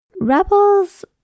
Rebels